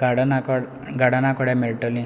गार्डना कोड गार्डना कडेन मेळटलीं